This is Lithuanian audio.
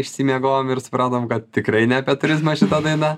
išsimiegojom ir supratom kad tikrai ne apie turizmą šita daina